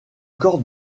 corps